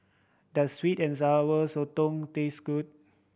does sweet and Sour Sotong taste good